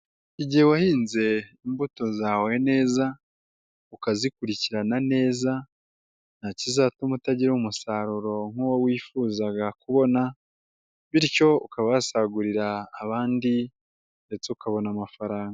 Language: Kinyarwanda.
Igihe wahinze imbuto zawe neza, ukazikurikirana neza, nta kizatuma utagira umusaruro nk'uwo wifuzaga kubona, bityo ukaba wasagurira abandi ndetse ukabona amafaranga.